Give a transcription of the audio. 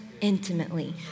intimately